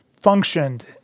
functioned